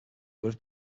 would